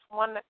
one